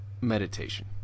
meditation